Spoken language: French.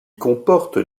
comportent